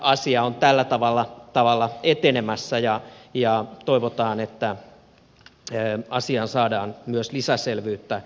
asia on tällä tavalla etenemässä ja toivotaan että asiaan saadaan myös lisäselvyyttä